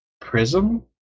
prism